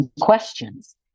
questions